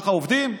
ככה עובדים?